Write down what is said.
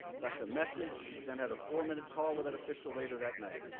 left a message, then had a four minute call with an official later that night.